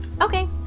Okay